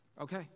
Okay